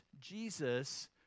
Jesus